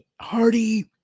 Hardy